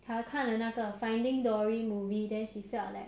她看了那个 finding dory movie then she felt like